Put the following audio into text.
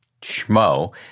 schmo